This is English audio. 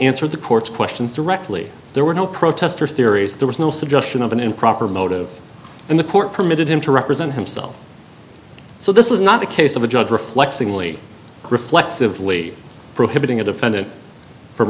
answered the court's questions directly there were no protesters theories there was no suggestion of an improper motive and the court permitted him to represent himself so this was not a case of a judge reflecting only reflexive lee prohibiting a defendant from